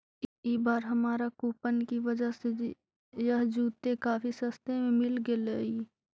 ई बार हमारा कूपन की वजह से यह जूते काफी सस्ते में मिल गेलइ